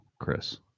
Chris